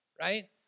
right